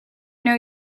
know